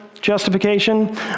justification